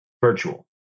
virtual